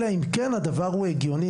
אלא אם כן הדבר הוא הגיוני,